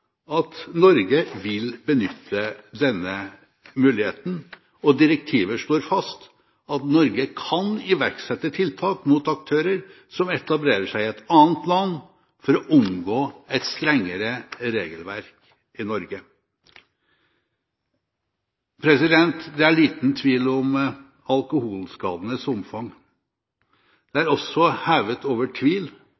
at Norge vil benytte denne muligheten, og direktivet slår fast at Norge kan iverksette tiltak mot aktører som etablerer seg i et annet land for å omgå et strengere regelverk i Norge. Det er liten tvil om alkoholskadenes omfang. Det